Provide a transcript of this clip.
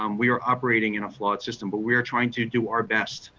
um we are operating in a flooded system, but we are trying to do our best,